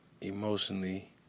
emotionally